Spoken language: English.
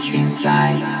inside